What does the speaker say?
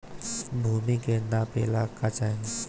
भूमि के नापेला का चाही?